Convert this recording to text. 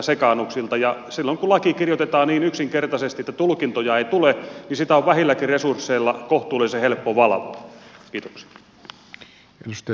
silloin kun laki kirjoitetaan niin yksinkertaisesti että tulkintoja ei tule niin sitä on vähilläkin resursseilla kohtuullisen helppo valvoa